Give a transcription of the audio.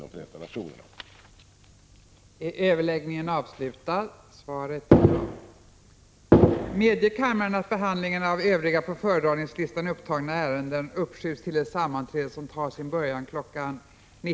Sverige bör tillsammans med andra länder inom 15 maj 1986 Förenta nationerna ta initiativ i denna riktning.